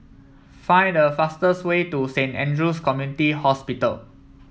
find the fastest way to Saint Andrew's Community Hospital